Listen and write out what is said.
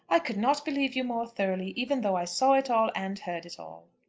i could not believe you more thoroughly even though i saw it all, and heard it all.